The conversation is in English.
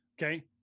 Okay